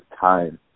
time